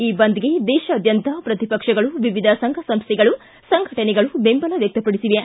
ಈ ಬಂದ್ಗೆ ದೇಶಾದ್ದಂತ ಪ್ರತಿಪಕ್ಷಗಳು ವಿವಿಧ ಸಂಘ ಸಂಸ್ಟೆಗಳು ಸಂಘಟನೆಗಳು ಬೆಂಬಲ ವ್ಯಕ್ಷಪಡಿಸಿವೆ